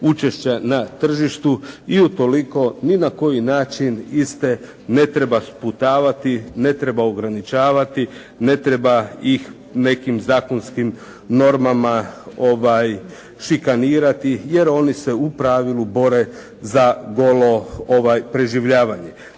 učešća na tržištu i utoliko ni na koji način iste ne treba sputavati, ne treba ograničavati, ne treba ih nekim zakonskim normama šikanirati jer oni se u pravilu bore za golo preživljavanje.